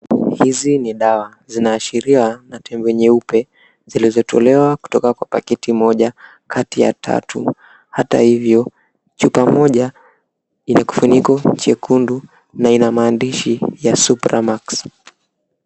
Hizi ni dawa zinaashiria na tembe nyeupe, zilizotolewa katika pakiti moja kati ya tatu ata hivyo chupa moja ina kifuniko chekundu na ina maandishi ya, Supramax.